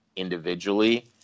individually